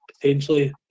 potentially